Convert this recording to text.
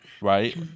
right